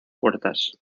puertas